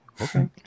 Okay